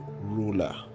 ruler